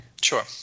Sure